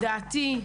לדעתי,